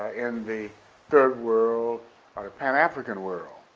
ah in the third world or the pan-african world.